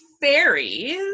fairies